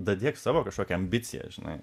dadėk savo kažkokią ambiciją žinai